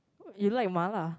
you like mala